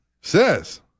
says